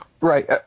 Right